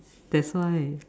that's why